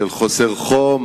של חוסר חום.